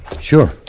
Sure